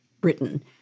Britain